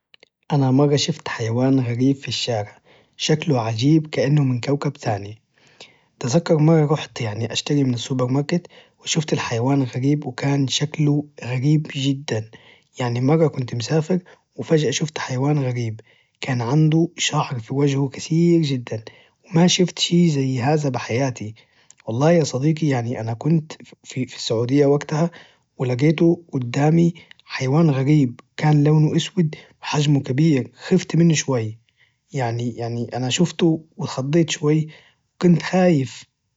أنا مرة شفت حيوان غريب في الشارع شكله عجيب كأنه من كوكب تاني تذكر مرة رحت يعني أشتري من السوبرماركت شفت الحيوان الغريب وكان شكله غريب جدا يعني مرة كنت مسافر وفجأة شفت حيوان غريب كان عنده شعره في وجهه كثير جدا ماشفت شي زي هذا في حياتي والله ياصديقي يعني أنا كنت في السعوديه وقتها ولجيته قدامي حيوان غريب كان لونه أسود وحجمه كبير خفت منه شوي يعني يعني أنا شفته وانخضيت شوي وكنت خايف